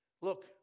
Look